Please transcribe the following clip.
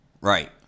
right